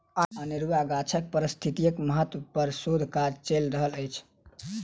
अनेरुआ गाछक पारिस्थितिकीय महत्व पर शोध काज चैल रहल अछि